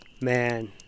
man